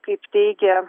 kaip teigia